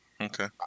okay